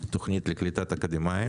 - תוכנית לקליטת אקדמאיים.